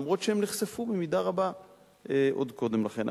למרות שהם נחשפו במידה רבה עוד קודם לכן.